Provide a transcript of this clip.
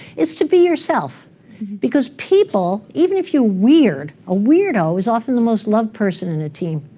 is to be yourself because people, even if you're weird, a weirdo's often the most loved person in a team.